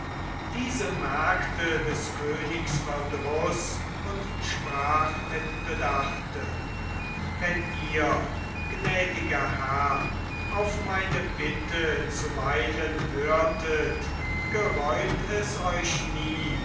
diese merkte des königs verdruß und sprach mit bedachte wenn ihr gnädiger herr auf meine bitte zuweilen hörtet gereut es euch nie